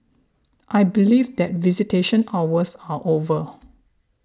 I believe that visitation hours are over